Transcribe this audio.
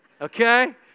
Okay